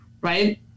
right